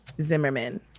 Zimmerman